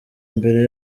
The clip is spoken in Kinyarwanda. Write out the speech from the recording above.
mbere